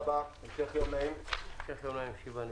המשך יום נעים, הישיבה נעולה.